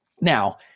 Now